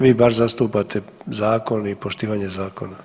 Vi bar zastupate zakon i poštivanje zakona.